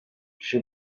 she